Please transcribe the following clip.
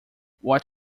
what